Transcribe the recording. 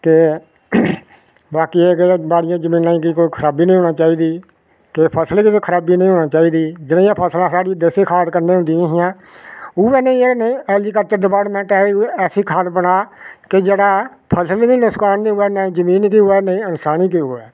कि बाकी एह् ऐ कि बाड़ियां जमीनें गी कोई खराबी नेईं होना चाहिदी कि फसल च कोई खराबी नेईं होना चाहिदी जनेहियां फसलां साढ़ी देसी खाद कन्नै होदियां हियां ओऐ नेहियां ऐग्रीकल्चर डिपार्टमेंट ऐसी खाद बना कि जेह्ड़ा फसल गी बी नुक्सान नेईं होऐ ना गै जमीन गी होऐ नां गै इन्सान गी होऐ